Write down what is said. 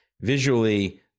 visually